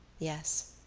yes,